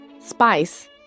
Spice